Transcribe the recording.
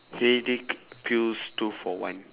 headache pills two for one